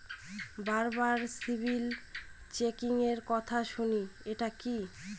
বারবার সিবিল চেকিংএর কথা শুনি এটা কি?